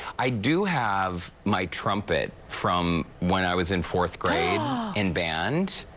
i do have my trumpet from when i was in fourth grade in band.